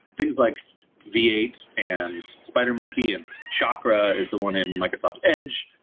things like v eight and spider monkey and chakra is the one in microsoft edge,